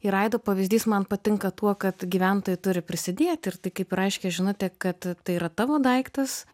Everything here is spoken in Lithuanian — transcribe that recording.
ir aido pavyzdys man patinka tuo kad gyventojai turi prisidėti ir tai kaip ir aiški žinutė kad tai yra tavo daiktas